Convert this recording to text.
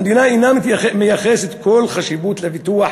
המדינה אינה מייחסת כל חשיבות לפיתוח